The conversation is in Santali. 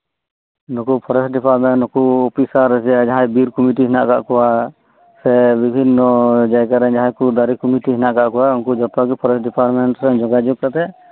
ᱱᱩᱠᱩ ᱯᱷᱚᱨᱮᱥᱴ ᱰᱤᱯᱟᱨᱴᱢᱮᱱᱴ ᱱᱩᱠᱩ ᱚᱯᱷᱤᱥᱟᱨ ᱡᱟᱦᱟᱸᱭ ᱵᱤᱨ ᱠᱚᱢᱤᱴᱤ ᱦᱮᱱᱟᱜ ᱟᱠᱟᱫ ᱠᱚᱣᱟ ᱥᱮ ᱵᱤᱵᱷᱤᱱᱱᱚ ᱡᱟᱭᱜᱟᱨᱮ ᱫᱟᱨᱤ ᱠᱚᱢᱤᱴᱤ ᱦᱮᱱᱟᱜ ᱟᱠᱟᱫ ᱠᱚᱣᱟ ᱩᱱᱠᱩ ᱡᱚᱛᱚᱜᱤ ᱯᱷᱚᱨᱮᱥᱴ ᱰᱤᱯᱟᱨᱴᱢᱮᱱᱴ ᱥᱟᱶ ᱡᱚᱜᱟᱡᱚᱜ ᱠᱟᱛᱮᱜ